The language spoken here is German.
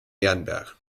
ehrenberg